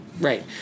Right